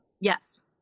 Yes